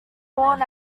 born